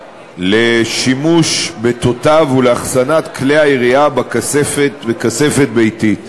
בכפוף לשימוש בתותב ולאחסנת כלי הירייה בכספת ביתית.